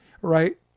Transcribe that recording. right